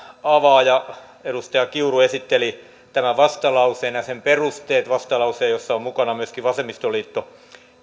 avaaja edustaja kiuru esitteli tämän vastalauseen ja sen perusteet vastalauseen jossa ovat mukana myöskin vasemmistoliitto